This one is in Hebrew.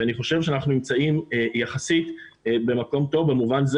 ואני חושב שאנחנו נמצאים יחסית במקום טוב במובן זה